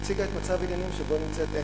הציגה מצב עניינים שבו נמצאת אם